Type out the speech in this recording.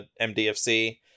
mdfc